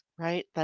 Right